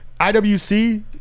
IWC